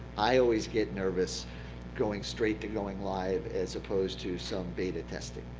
i always get nervous going straight to going live as opposed to some beta testing.